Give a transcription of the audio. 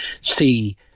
see